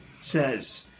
says